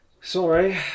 Sorry